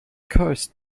coast